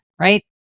right